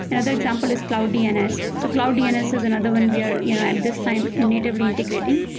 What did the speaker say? another example is cloud dns. so cloud dns is another one we are you know at this time natively integrating.